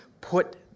put